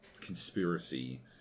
conspiracy